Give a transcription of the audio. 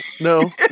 no